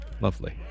lovely